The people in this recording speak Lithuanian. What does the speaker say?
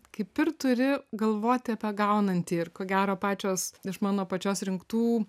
kaip ir turi galvoti apie gaunantį ir ko gero pačios iš mano pačios rinktų